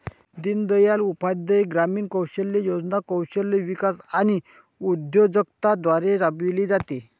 दीनदयाळ उपाध्याय ग्रामीण कौशल्य योजना कौशल्य विकास आणि उद्योजकता द्वारे राबविली जाते